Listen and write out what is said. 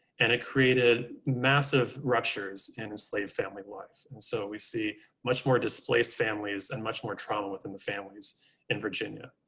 and it created massive ruptures in enslaved family life. and so we see much more displaced families and much more trauma within the families in virginia.